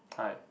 hi